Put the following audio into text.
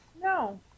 No